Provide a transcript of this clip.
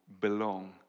belong